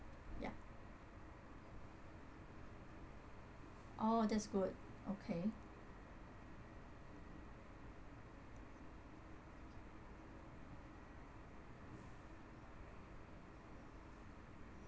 ya oh that's good okay